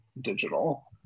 digital